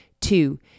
Two